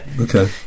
okay